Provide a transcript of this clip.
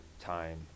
time